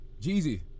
Jeezy